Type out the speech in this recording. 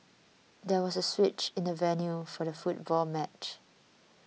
there was a switch in the venue for the football match